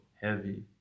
heavy